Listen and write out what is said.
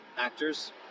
actors